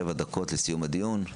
שבע דקות לסיום הדיון,